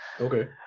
okay